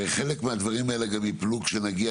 הרי חלק מהדברים האלה גם יפלו כשנגיע